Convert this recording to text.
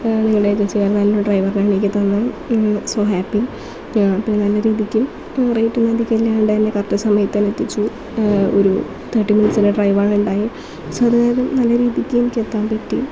നിങ്ങളുടെ ഏജൻസി കാരണം നല്ല ഡ്രൈവറിനെ എനിക്ക് തന്നു സോ ഹാപ്പി പിന്നെ നല്ല രീതിക്ക് റേറ്റ് ഒന്നും അധികം ഇല്ലാണ്ട് തന്നെ കറക്റ്റ് സമയത്ത് തന്നെ എത്തിച്ചു ഒരു തേർട്ടി മിനിറ്റ്സിൻ്റെ ഡ്രൈവ് ആണ് ഉണ്ടായത് സോ എതായാലും നല്ല രീതിക്ക് എനിക്ക് എത്താൻ പറ്റി